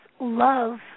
love